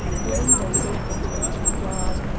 the windows opened on to a yard,